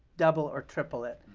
double or triple it,